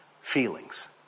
feelings